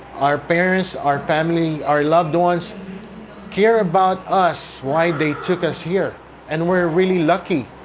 our parents, our family, our loved ones care about us, why they took us here and we are really lucky,